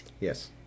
Yes